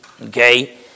Okay